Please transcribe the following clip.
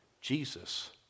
Jesus